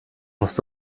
musst